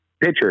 pitcher